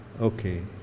Okay